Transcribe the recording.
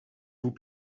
vous